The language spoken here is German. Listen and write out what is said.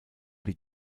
die